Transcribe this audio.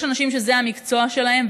יש אנשים שזה המקצוע שלהם,